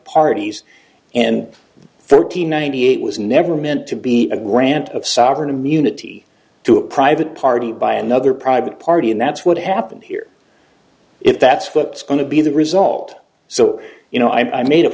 parties and thirteen ninety eight was never meant to be a grant of sovereign immunity to a private party by another private party and that's what happened here if that's what's going to be the result so you know i made a